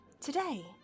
today